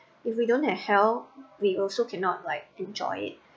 if we don't have health we also cannot like enjoy it